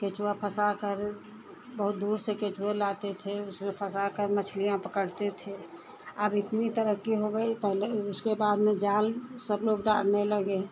केँचुआ फँसाकर बहुत दूर से केँचुए लाते थे उसमें फँसाकर मछलियाँ पकड़ते थे अब इतनी तरक्की हो गई पहले उसके बाद में जाल सब लोग डालने लगे